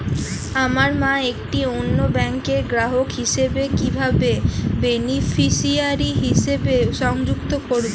আমার মা একটি অন্য ব্যাংকের গ্রাহক হিসেবে কীভাবে বেনিফিসিয়ারি হিসেবে সংযুক্ত করব?